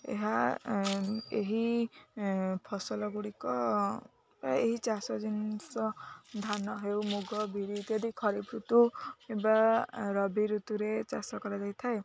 ଏହା ଏହି ଫସଲ ଗୁଡ଼ିକ ଏହି ଚାଷ ଜିନିଷ ଧାନ ହେଉ ମୁଗ ବିରି ଇତ୍ୟାଦି ଖରିଫ ଋତୁ ବା ରବି ଋତୁରେ ଚାଷ କରାଯାଇ ଥାଏ